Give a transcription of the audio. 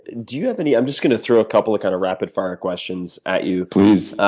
do you have any, i am just going to throw a couple of kind of rapid fire questions at you. please,